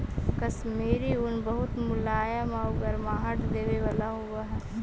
कश्मीरी ऊन बहुत मुलायम आउ गर्माहट देवे वाला होवऽ हइ